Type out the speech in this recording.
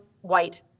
white